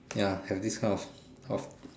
ya have this kind of of